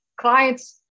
clients